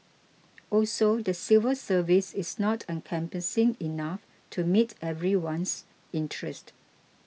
also the civil service is not encompassing enough to meet everyone's interest